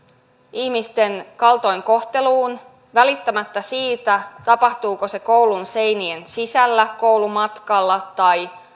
ihmisten kaltoinkohteluun välittämättä siitä tapahtuuko se koulun seinien sisällä koulumatkalla tai